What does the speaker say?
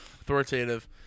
authoritative